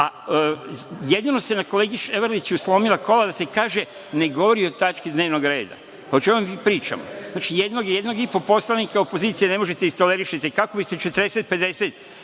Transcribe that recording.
Jedino se na kolegi Ševarliću „slomila kola“ da se kaže - ne govori o tački dnevnog reda. O čemu mi pričamo? Znači, jednog, jednog i po poslanika opozicija ne možete da tolerišete, kako bi ste 40, 50